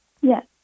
Yes